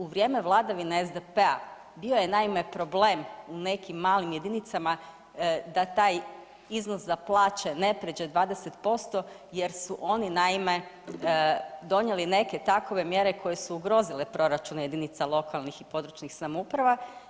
U vrijeme vladavine SDP-a bio je naime problem u nekim malim jedinicama da taj iznos za plaće ne prijeđe 20%, jer su oni naime donijeli neke takove mjere koje su ugrozile proračune jedinica lokalnih i područnih samouprava.